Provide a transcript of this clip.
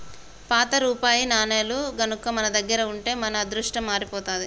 పాత రూపాయి నాణేలు గనక మన దగ్గర ఉంటే మన అదృష్టం మారిపోతాది